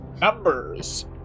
numbers